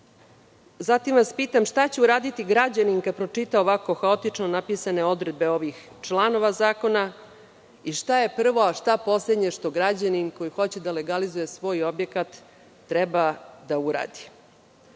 legalizacije? Šta će uraditi građanin kada pročita ovako haotično napisane odredbe ovih članova zakona i šta je prvo, a šta poslednje što građanin koji hoće da legalizuje svoj objekat treba da uradi?U